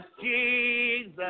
Jesus